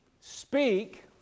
speak